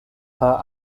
her